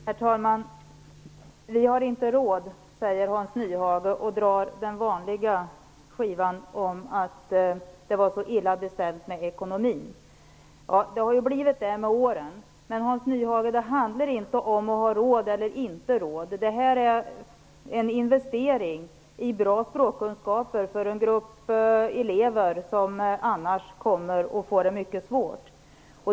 Herr talman! Vi har inte råd, säger Hans Nyhage, och drar den vanliga skivan om att det är så illa beställt med ekonomin. Det har blivit så med åren. Men det handlar inte om att ha råd eller inte. Det här rör sig om en investering i goda språkkunskaper för en grupp elever som annars kommer att få det mycket svårt.